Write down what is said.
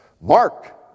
Mark